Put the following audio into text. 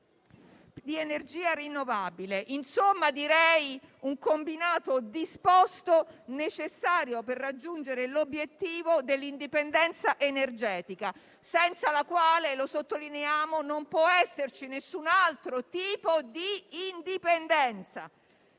di energia rinnovabile; un combinato disposto necessario per raggiungere l'obiettivo dell'indipendenza energetica, senza la quale - lo sottolineiamo - non può esserci nessun altro tipo di indipendenza.